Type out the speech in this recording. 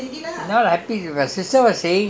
no I didn't say